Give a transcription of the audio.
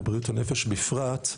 ובריאות הנפש בפרט,